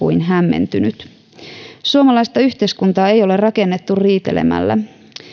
kuin hämmentynyt suomalaista yhteiskuntaa ei ole rakennettu riitelemällä